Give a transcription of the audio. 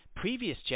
Previous